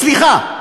סליחה,